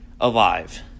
alive